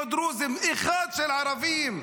לא דרוזים אחד של ערבים,